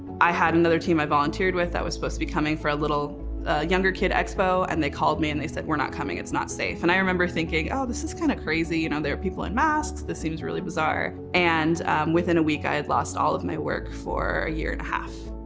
i had another team i volunteered with that was supposed to be coming for a little younger kid expo and they called me and they said, we're not coming, it's not safe. and i remember thinking, oh this is kinda crazy, you know there are people in masks, this seems really bizarre. and within a week, i had lost all of my work for a year and a half.